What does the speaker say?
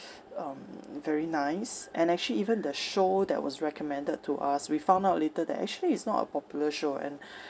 um very nice and actually even the show that was recommended to us we found out later that actually it's not a popular show and